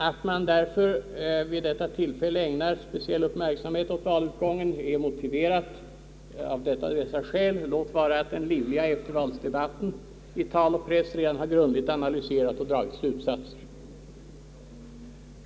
Att man vid detta tillfälle ägnar speciell uppmärksamhet åt valutgången är av dessa skäl motiverat, låt vara att den livliga eftervalsdebatten i tal och press redan grundligt har analyserat och dragit slutsatser.